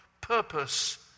purpose